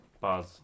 Buzz